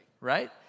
Right